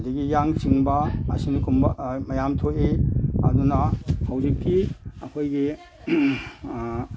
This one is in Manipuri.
ꯑꯗꯒꯤ ꯌꯥꯡ ꯆꯤꯡꯕ ꯃꯌꯥꯝ ꯊꯣꯛꯏ ꯑꯗꯨꯅ ꯍꯧꯖꯤꯛꯇꯤ ꯑꯩꯈꯣꯏꯒꯤ